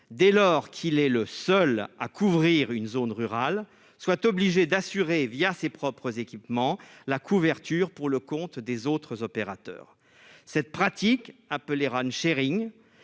dès lors qu'il est le seul à couvrir une zone rurale soit obligés d'assurer, via ses propres équipements la couverture pour le compte des autres opérateurs cette pratique appelée Ran sharing